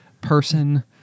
person